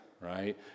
right